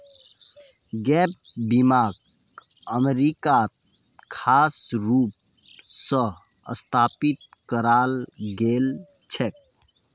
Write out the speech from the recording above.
gap बीमाक अमरीकात खास रूप स स्थापित कराल गेल छेक